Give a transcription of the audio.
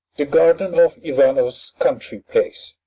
the garden of ivanoff's country place.